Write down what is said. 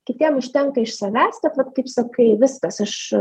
kitiem užtenka iš savęs kad vat kaip sakai viskas aš